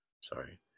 sorry